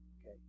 okay